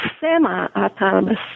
semi-autonomous